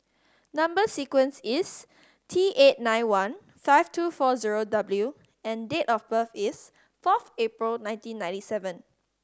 number sequence is T eight nine one five two four zero W and date of birth is fourth April nineteen ninety seven